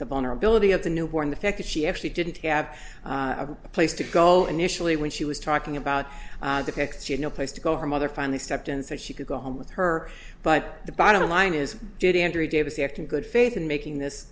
the bone or ability of the newborn the fact that she actually didn't have a place to go initially when she was talking about the pics she had no place to go her mother finally stepped in so she could go home with her but the bottom line is did andrea davis after good faith in making this